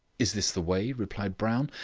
is this the way? replied brown,